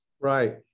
Right